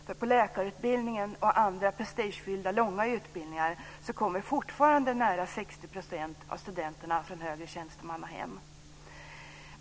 Till läkarutbildningen och andra prestigefyllda långa utbildningar kommer nämligen fortfarande nästan 60 % av studenterna från högre tjänstemannahem.